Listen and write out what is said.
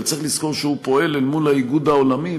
אבל צריך לזכור שהוא פועל אל מול האיגוד העולמי,